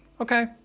okay